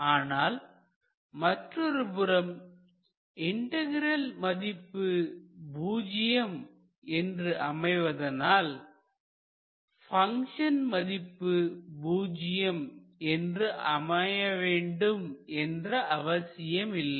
ஆனால் மற்றொருபுறம் இன்டகிரல் மதிப்பு பூஜ்ஜியம் என்று அமைவதனால் பங்க்ஷன் மதிப்பு பூஜ்ஜியம் என்று அமைய வேண்டும் என்ற அவசியமில்லை